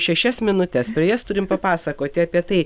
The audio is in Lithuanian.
šešias minutes per jas turim papasakoti apie tai